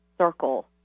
circle